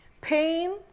Pain